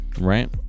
right